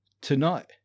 tonight